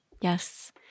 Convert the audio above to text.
Yes